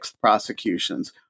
prosecutions